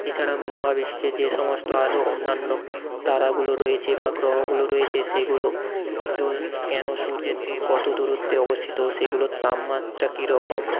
এছাড়া মহাবিশ্বে যে সমস্ত আরও অন্যান্য তারাগুলো রয়েছে বা গ্রহগুলো রয়েছে সেগুলো কেন সূর্যের থেকে কত দূরত্বে অবস্থিত সেগুলোর তাপমাত্রা কী রকম